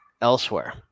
elsewhere